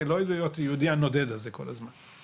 לא להיות היהודי הנודד הזה כל הזמן,